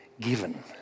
given